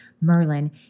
Merlin